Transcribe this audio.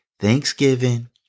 Thanksgiving